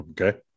okay